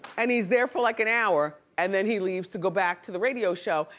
and he's there for like an hour and then he leaves to go back to the radio show,